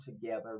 together